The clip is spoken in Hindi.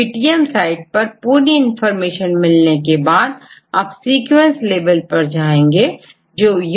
PTMसाइड पर पूरी इंफॉर्मेशन मिलने के बाद अब सीक्वेंस लेवल पर जाएंगे जोUniProt का मुख्य एस्पेक्ट है